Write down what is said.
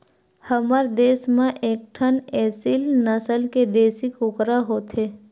हमर देस म एकठन एसील नसल के देसी कुकरा होथे